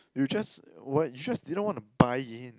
you just what you just didn't want to buy in